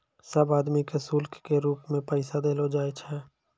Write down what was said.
सब आदमी के शुल्क के रूप मे पैसा देलो जाय छै